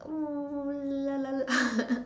oo la la la